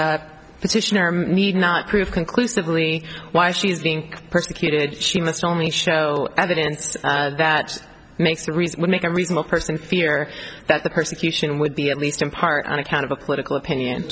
the petitioner need not prove conclusively why she is being persecuted she must only show evidence that makes that reason would make a reasonable person fear that the persecution would be at least in part on account of a political opinion